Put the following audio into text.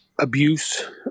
abuse